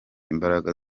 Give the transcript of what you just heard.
imbaraga